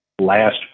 last